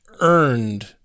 earned